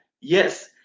Yes